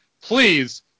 please